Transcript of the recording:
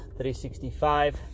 365